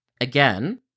Again